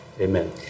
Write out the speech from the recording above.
Amen